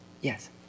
Yes